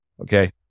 okay